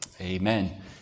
Amen